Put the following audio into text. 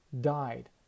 died